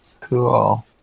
Cool